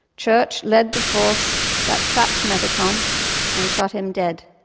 church led the force that trapped metacom and shot him dead.